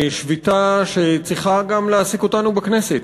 שביתה שצריכה גם להעסיק אותנו בכנסת.